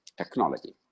technology